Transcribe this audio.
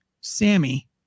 Sammy